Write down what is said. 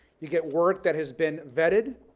you get work that has been vetted,